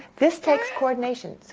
this takes coordination,